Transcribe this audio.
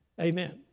Amen